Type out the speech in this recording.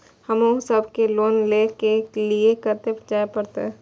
हमू सब के लोन ले के लीऐ कते जा परतें?